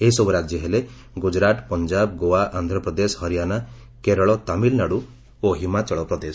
ଏହିସବୁ ରାଜ୍ୟ ହେଲେ ଗୁଜରାଟ ପଞ୍ଜାବ ଗୋଆ ଆନ୍ଧ୍ରପ୍ରଦେଶ ହରିଆଣା କେରଳ ତାମିଲନାଡୁ ଓ ହିମାଚଳପ୍ରଦେଶ